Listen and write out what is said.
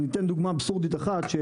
אתן דוגמה אבסורדית אחת של